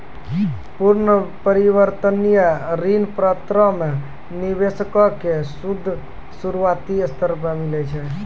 पूर्ण परिवर्तनीय ऋण पत्रो मे निवेशको के सूद शुरुआती स्तर पे मिलै छै